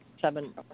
seven